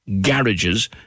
garages